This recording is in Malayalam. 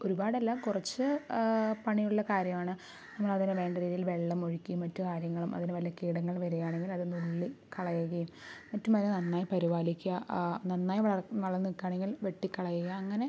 ഒരുപാടല്ലാ കുറച്ച് പണിയുള്ള കാര്യമാണ് നമ്മളതിന് വേണ്ട രീതിയിൽ വെള്ളമൊഴിക്കും മറ്റു കാര്യങ്ങളും അതിൽ വല്ല കീടങ്ങൾ വരികയാണെങ്കിൽ അത് നുള്ളി കളയുകയും മറ്റും അതിനെ നന്നായി പരിപാലിക്കുക നന്നായി വളർന്നു വളർന്നു നിൽക്കുകയാണെങ്കിൽ വെട്ടിക്കളയുക അങ്ങനെ